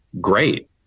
great